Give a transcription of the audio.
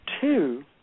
two